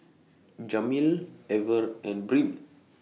Jameel Ever and Brynn